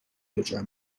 دچار